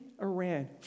Iran